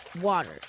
water